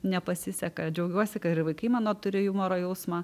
nepasiseka džiaugiuosi kad ir vaikai mano turi jumoro jausmą